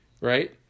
right